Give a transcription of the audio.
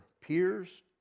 peers